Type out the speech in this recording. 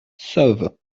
sauve